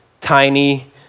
tiny